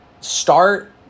Start